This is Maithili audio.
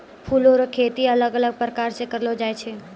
फूलो रो खेती अलग अलग प्रकार से करलो जाय छै